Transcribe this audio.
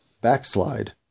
backslide